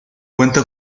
cuenta